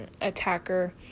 attacker